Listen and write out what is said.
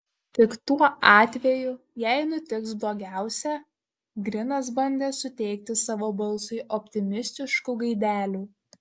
tik tuo atveju jei nutiks blogiausia grinas bandė suteikti savo balsui optimistiškų gaidelių